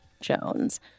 Jones